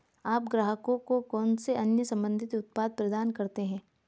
आप ग्राहकों को कौन से अन्य संबंधित उत्पाद प्रदान करते हैं?